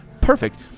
perfect